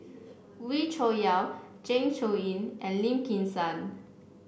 Wee Cho Yaw Zeng Shouyin and Lim Kim San